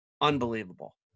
Unbelievable